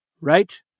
right